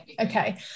okay